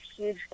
huge